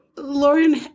Lauren